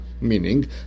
meaning